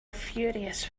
furious